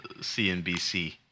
CNBC